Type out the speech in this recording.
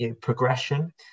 progression